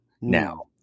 now